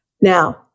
Now